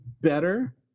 better